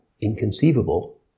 inconceivable